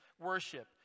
Worship